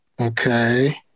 Okay